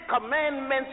commandments